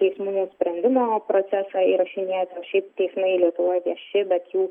teismų sprendimo procesą įrašinėti šiaip teismai lietuvoj vieši bet jų